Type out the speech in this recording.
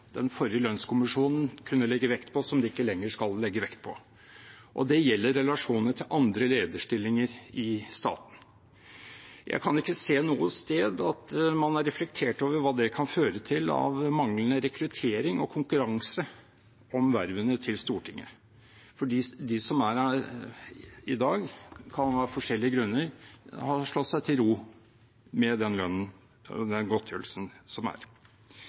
den forrige lønnskommisjonen kunne legge vekt på, som de ikke lenger skal legge vekt på. Det gjelder relasjonene til andre lederstillinger i staten. Jeg kan ikke se noe sted at man har reflektert over hva det kan føre til av manglende rekruttering til og konkurranse om vervene til Stortinget. De som er her i dag, kan av forskjellige grunner ha slått seg til ro med den godtgjørelsen som er. Men jeg må allikevel si at den